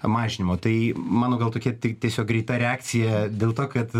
mažinimo tai mano gal tokia tai tiesiog greita reakcija dėl to kad